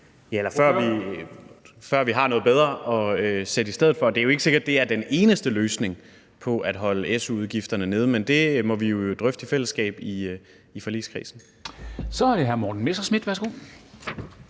(S): Eller før vi har noget bedre at sætte i stedet for. Det er jo ikke sikkert, det er den eneste løsning på at holde su-udgifterne nede, men det må vi jo drøfte i fællesskab i forligskredsen. Kl. 10:14 Formanden (Henrik Dam